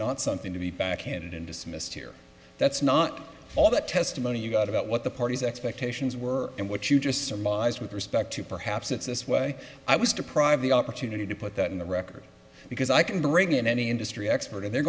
not something to be back handed and dismissed here that's not all the testimony you've got about what the parties expectations were and what you just surmised with respect to perhaps it's this way i was deprived the opportunity to put that in the record because i can bring in any industry expert and they're